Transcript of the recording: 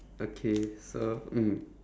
okay so mm